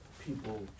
people